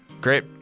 Great